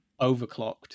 overclocked